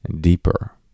deeper